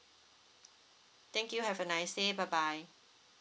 thank you have a nice day bye bye